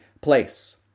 place